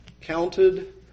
counted